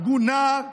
הרגו נער,